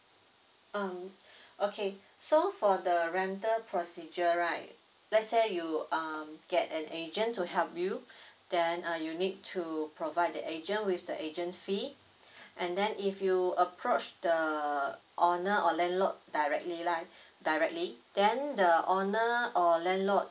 um okay so for the rental procedure right let's say you um get an agent to help you then uh you need to provide the agent with the agent fee and then if you approach the owner or landlord directly li~ directly then the owner or landlord